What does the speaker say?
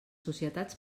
societats